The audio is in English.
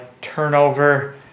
turnover